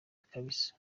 kabisa